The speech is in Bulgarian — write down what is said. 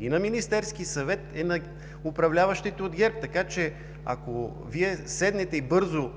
и на Министерски съвет е на управляващите от ГЕРБ. Така че, ако Вие седнете и бързо